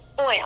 oil